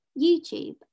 YouTube